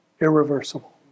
irreversible